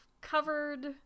covered